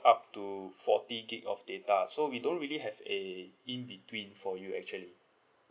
up to forty gig of data so we don't really have a in between for you actually